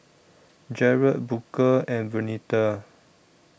Jarett Booker and Vernita